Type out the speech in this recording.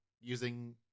using